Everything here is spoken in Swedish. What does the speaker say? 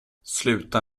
sluta